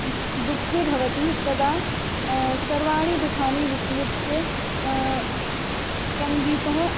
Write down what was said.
दुःखे भवति तदा सर्वाणि दुःखानि विस्मृत्य सङ्गीतम्